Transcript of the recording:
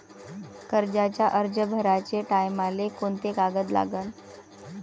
कर्जाचा अर्ज भराचे टायमाले कोंते कागद लागन?